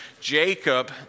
Jacob